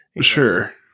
Sure